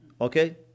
Okay